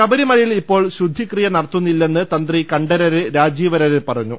ശബരിമലയിൽ ഇപ്പേൾ ശ്രുദ്ധിക്രിയ നടത്തുന്നില്ലെന്ന് തന്ത്രി കണ്ഠരര് രാജീവരര് പറഞ്ഞു